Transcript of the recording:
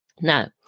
Now